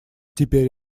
теперь